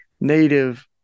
native